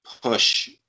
push